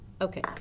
Okay